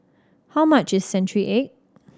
how much is century egg